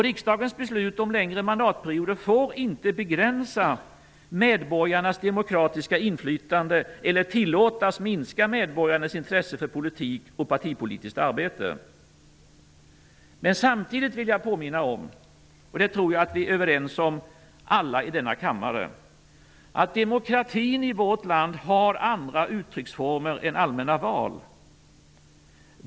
Riksdagens beslut om längre mandatperioder får inte begränsa medborgarnas demokratiska inflytande eller tillåtas minska medborgarnas intresse för politik och partipolitiskt arbete. Men samtidigt vill jag påminna om -- och det tror jag att vi alla i denna kammare är överens om -- att demokratin i vårt land har andra uttrycksformer än allmänna val.